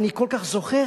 אני כל כך זוכר,